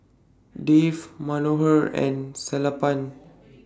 Dev Manohar and Sellapan